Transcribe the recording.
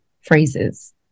phrases